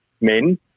men